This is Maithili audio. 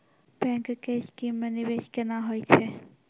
बैंक के स्कीम मे निवेश केना होय छै?